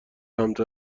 سمت